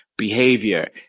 Behavior